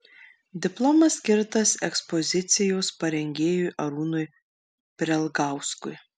diplomas skirtas ekspozicijos parengėjui arūnui prelgauskui